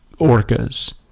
orcas